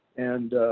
and